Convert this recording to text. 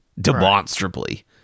Demonstrably